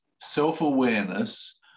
self-awareness